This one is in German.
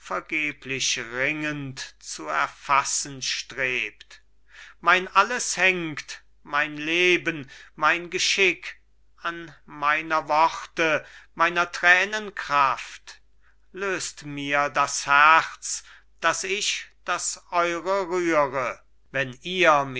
vergeblich ringend zu erfassen strebt mein alles hängt mein leben mein geschick an meiner worte meiner tränen kraft löst mir das herz daß ich das eure rühre wenn ihr